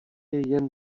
jen